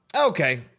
Okay